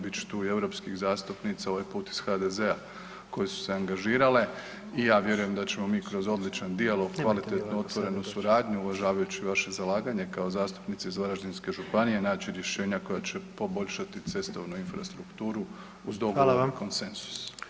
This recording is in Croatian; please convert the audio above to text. Bit će tu i europskih zastupnica ovaj put iz HDZ-a koje su se angažirale i ja vjerujem da ćemo mi kroz odličan dijalog, kvalitetnu otvorenu suradnju uvažavajući vaše zalaganje kao zastupnice iz Varaždinske županije naći rješenja koja će poboljšati cestovnu infrastrukturu uz dogovor konsenzus.